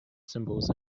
symbols